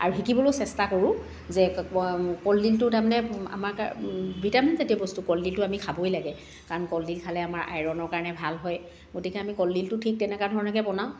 আৰু শকিবলৈও চেষ্টা কৰো যে কলদিলটো তাৰমানে আমাৰ কা ভিটামিন জাতীয় বস্তু কলদিলটো আমি খাবই লাগে কাৰণ কলদিল খালে আমাৰ আইৰণৰ কাৰণে ভাল হয় গতিকে আমি কলদিলটো ঠিক তেনেকুৱা ধৰণকৈ বনাওঁ